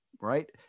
right